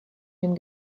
dem